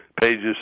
pages